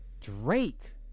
Drake